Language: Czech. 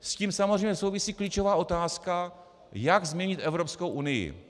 S tím samozřejmě souvisí klíčová otázka, jak změnit Evropskou unii.